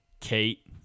Kate